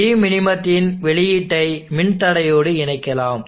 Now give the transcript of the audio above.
vmin த்தின் வெளியீட்டை மின்தடையோடு இணைக்கலாம்